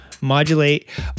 modulate